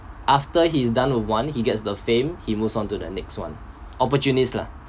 after he's done with one he gets the fame he moves onto the next one opportunists lah